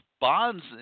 bonds